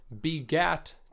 begat